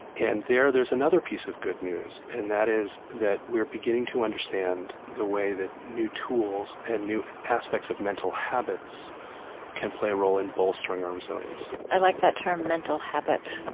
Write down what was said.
and there, there's another piece of good news. and that is, that we're beginning to understand the way that new tools and new aspects of mental habits can play a role in bolstering our resilience i like that term mental habits,